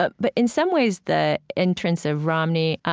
but but in some ways, the entrance of romney